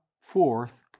fourth